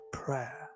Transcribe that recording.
prayer